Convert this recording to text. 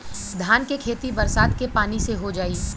धान के खेती बरसात के पानी से हो जाई?